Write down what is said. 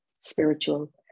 spiritual